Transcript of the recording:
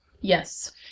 Yes